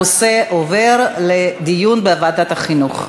הנושא עובר לדיון בוועדת החינוך.